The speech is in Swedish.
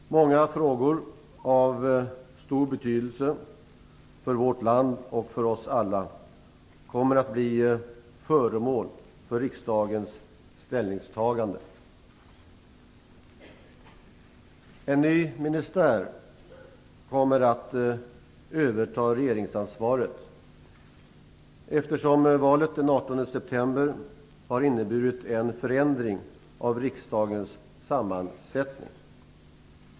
Många frågor av stor betydelse för vårt land och för oss alla kommer att bli föremål för riksdagens ställningstagande. En ny ministär kommer att överta regeringsansvaret eftersom valet den 18 september har inneburit en förändring av riksdagens sammansättning.